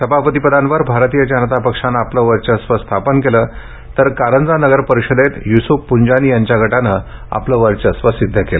सभापती पदांवर भारतीय जनता पक्षानं आपलं वर्चस्व स्थापन केलं तर कारंजा नगरपरिषदेत युसुफ पुंजानी यांच्या गटानं आपलं वर्चस्व सिद्ध केलं